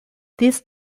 this